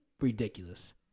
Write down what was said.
ridiculous